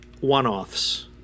one-offs